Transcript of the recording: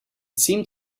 seemed